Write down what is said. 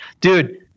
dude